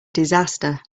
disaster